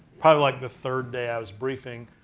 probably like the third day i was briefing,